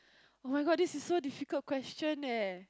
oh-my-God this is so difficult question leh